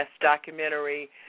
documentary